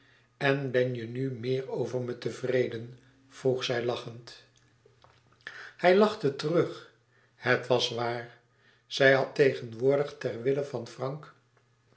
en ben je nu meer over me tevreden vroeg zij lachend hij lachte terug het was waar zij had tegenwoordig terwille van frank